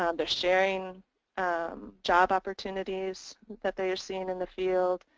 um they're sharing job opportunities that they have seen in the field.